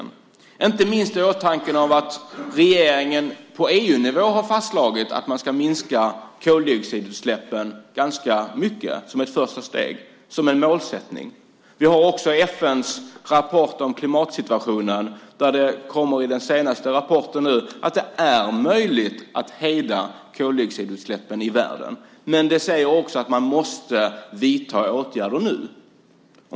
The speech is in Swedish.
Det gäller inte minst med tanke på att regeringen på EU-nivå har fastslagit att man ska minska koldioxidutsläppen ganska mycket som ett första steg och som en målsättning. I FN:s senaste rapport om klimatsituationen kommer det fram att det är möjligt att hejda koldioxidutsläppen i världen. Men rapporten säger också att man måste vidta åtgärder nu.